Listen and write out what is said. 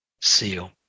seal